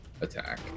attack